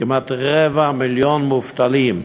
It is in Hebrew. כמעט רבע מיליון מובטלים,